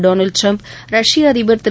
Donald Trump ரஷ்ய அதிபர் திரு